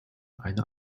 eine